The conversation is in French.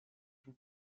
jean